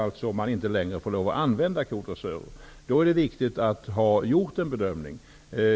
När man inte längre får använda sådana är det viktigt att en bedömning har gjorts.